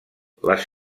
les